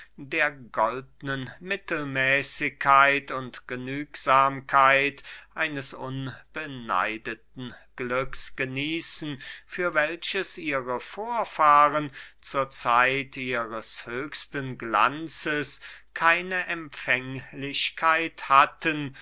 der goldnen mittelmäßigkeit und genügsamkeit eines unbeneideten glücks genießen für welches ihre vorfahren zur zeit ihres höchsten glanzes keine empfänglichkeit hatten